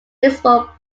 baseball